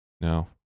No